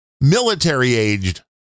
military-aged